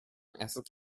asset